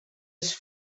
els